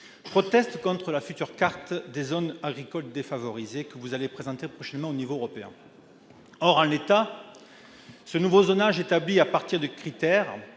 protestent contre la future carte des zones défavorisées simples que vous allez présenter prochainement à l'échelon européen. Or, en l'état, ce nouveau zonage, établi à partir de critères